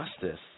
justice